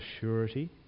surety